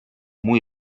muy